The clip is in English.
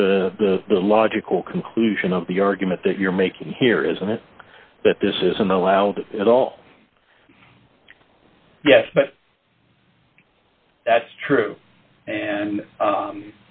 re the logical conclusion of the argument that you're making here isn't it that this isn't allowed at all yes but that's true